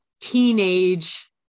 teenage